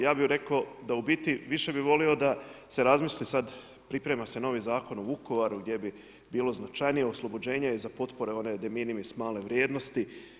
Ja bih rekao da u biti, više bih volio da se razmisli sad, priprema se novi Zakon o Vukovaru gdje bi bilo značajnije oslobođenje i za potpore one de minimis male vrijednosti.